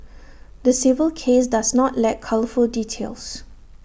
the civil case does not lack colourful details